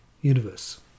universe